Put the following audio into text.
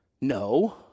No